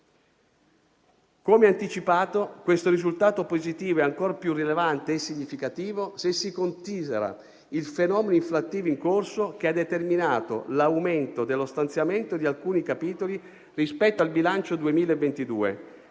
Come anticipato, questo risultato positivo è ancor più rilevante e significativo se si considera il fenomeno inflattivo in corso, che ha determinato l'aumento dello stanziamento di alcuni capitoli rispetto al bilancio 2022,